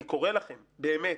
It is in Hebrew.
אני קורא לכם, באמת,